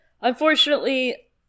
Unfortunately